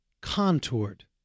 contoured